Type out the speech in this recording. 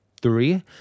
three